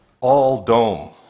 all-dome